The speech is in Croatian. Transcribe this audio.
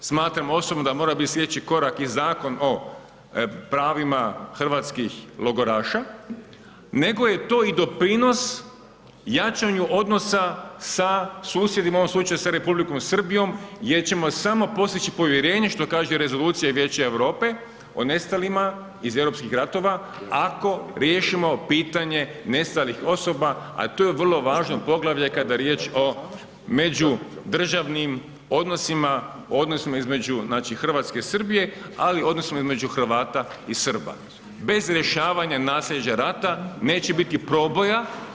Smatramo osobno da mora biti sljedeći korak i Zakon o pravima hrvatskih logoraša, nego je to i doprinos jačanja odnosa sa susjedima, u ovom slučaju sa RH, jer ćemo samo postići povjerenje, što kaže, rezolucija i Vijeće Europe o nestalima iz europskih ratova, ako riješimo pitanje nestalih osoba, at u je vrlo važno poglavlje kada je riječ o međudržavnim odnosima, o odnosima, znači između Hrvatske-Srbije, ali odnosa između Hrvata i Srba, bez rješavanje, naslijeđa rata, neće biti proboja.